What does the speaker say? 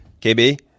KB